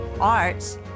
arts